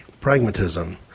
pragmatism